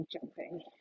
jumping